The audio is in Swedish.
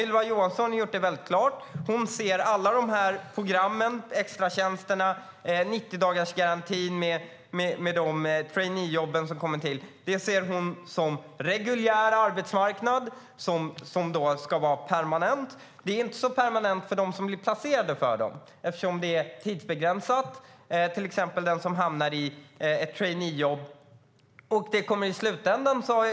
Ylva Johansson har gjort det väldigt klart. Hon ser alla program, extratjänster, 90-dagarsgarantin och traineejobb som reguljära arbeten som ska vara permanenta. Men det är inte så permanent för dem som blir placerade i programmen eftersom de är tidsbegränsade när det till exempel gäller traineejobb.